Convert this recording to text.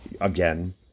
again